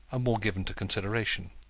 more given to consideration.